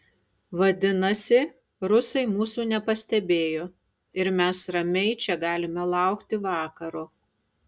vadinasi rusai mūsų nepastebėjo ir mes ramiai čia galime laukti vakaro